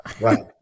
Right